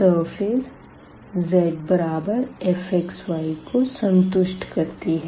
surface z fx y को संतुष्ट करती है